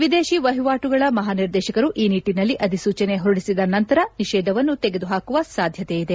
ವಿದೇಶಿ ವಹಿವಾಟುಗಳ ಮಹಾನಿರ್ದೇಶಕರು ಈ ನಿಟ್ಟನಲ್ಲಿ ಅಧಿಸೂಚನೆ ಹೊರಡಿಸಿದ ನಂತರ ನಿಷೇಧವನ್ನು ತೆಗದುಹಾಕುವ ಸಾಧ್ಯತೆಯಿದೆ